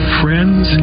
friends